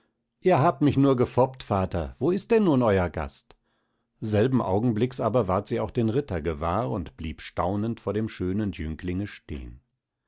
ihr habt mich nur gefoppt vater wo ist denn nun euer gast selben augenblicks aber ward sie auch den ritter gewahr und blieb staunend vor dem schönen jünglinge stehn